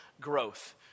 growth